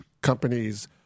companies